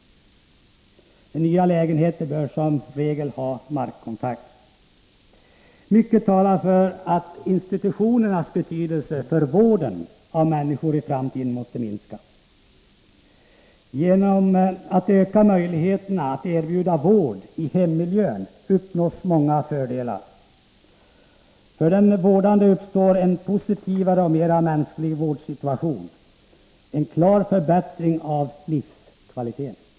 Nya lägenheter bör som regel ha markkontakt. Mycket talar för att institutionernas betydelse för vården av människor i framtiden måste minskas. Genom att öka möjligheterna att erbjuda vård i hemmiljön kan man uppnå många fördelar. För den vårdade uppstår en positivare och mera mänsklig vårdsituation — en klar förbättring av livskvaliteten.